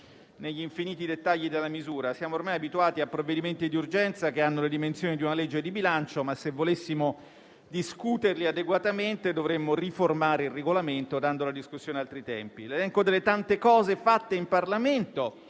negli infiniti dettagli della misura. Siamo ormai abituati a provvedimenti di urgenza che hanno le dimensioni di una legge di bilancio. Ma, se volessimo discuterli adeguatamente, dovremmo riformare il Regolamento dando alla discussione altri tempi. L'elenco delle tante cose fatte in Parlamento,